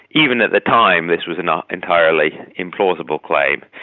even at the time this was an ah entirely implausible claim.